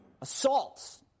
Assaults